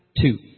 two